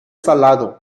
salado